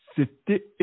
C'était